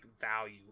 value